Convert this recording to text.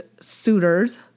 suitors